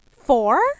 Four